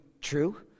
true